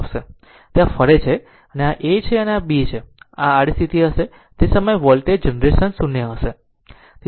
તે આ રીતે ફરે છે આ એ છે અને આ B છે તે આડી સ્થિતિ હશે તે સમયે વોલ્ટેજ જનરેશન 0 હશે